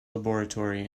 laboratory